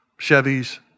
Chevys